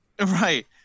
Right